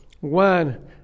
One